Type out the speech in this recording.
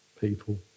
people